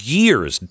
years